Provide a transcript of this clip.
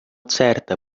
certa